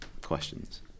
questions